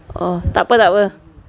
err tak apa tak apa